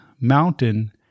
mountain